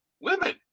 women